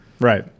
right